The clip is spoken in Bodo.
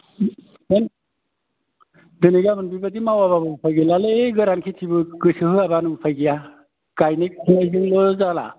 दोनै गाबोन बेबायदि मावाबाबो उफायगैयालै गोरान खेथिबो गोसो होवाबानो उफाय गैया गायनाय फुनायजोंनो जाला